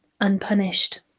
unpunished